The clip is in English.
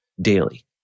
daily